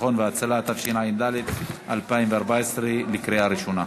הביטחון וההצלה), התשע"ד 2014, לקריאה ראשונה.